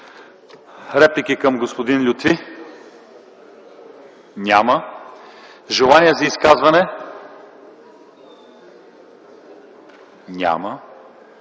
реплики към господин Лютфи? Няма. Желания за изказване? Няма.